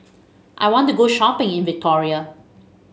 I want to go shopping in Victoria